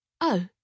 Oh